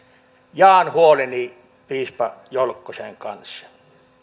jaan huolen piispa jolkkosen kanssa